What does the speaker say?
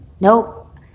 Nope